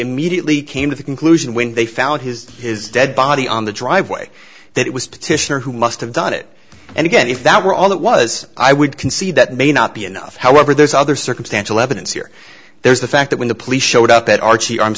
immediately came to the conclusion when they found his his dead body on the driveway that it was petitioner who must have done it and again if that were all that was i would concede that may not be enough however there's other circumstantial evidence here there's the fact that when the police showed up at archie i'm